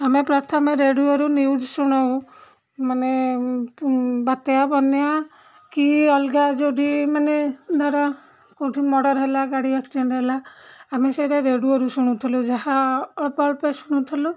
ଆମେ ପ୍ରଥମେ ରେଡ଼ିଓରୁ ନ୍ୟୁଜ୍ ଶୁଣଉ ମାନେ ବାତ୍ୟା ବନ୍ୟା କି ଅଲଗା ଯେଉଁଠି ମାନେ ଧର କେଉଁଠି ମର୍ଡ଼ର ହେଲା ଗାଡ଼ି ଆକ୍ସିଡେଣ୍ଟ ହେଲା ଆମେ ସେଇଟା ରେଡ଼ିଓରୁ ଶୁଣୁଥୁଲୁ ଯାହା ଅଳ୍ପ ଅଳ୍ପ ଶୁଣୁଥୁଲୁ